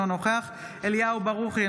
אינו נוכח אליהו ברוכי,